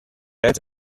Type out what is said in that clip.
else